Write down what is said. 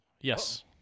Yes